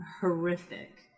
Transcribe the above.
horrific